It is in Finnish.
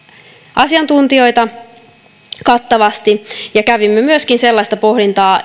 asiantuntijoita kattavasti ja kävimme myöskin sellaista pohdintaa